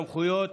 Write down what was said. (סמכויות),